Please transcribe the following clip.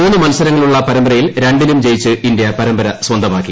മൂന്ന് മത്സരങ്ങളുള്ള പരമ്പരയിൽ രണ്ടിലും ജയിച്ച ഇന്ത്യ പരമ്പര സ്വന്തമാക്കി